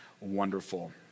wonderful